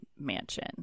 mansion